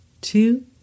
two